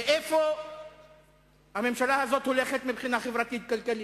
לאן הממשלה הזאת הולכת מבחינה חברתית-כלכלית.